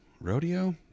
Rodeo